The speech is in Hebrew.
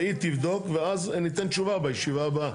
והיא תבדוק ואז ניתן תשובה בישיבה הבאה.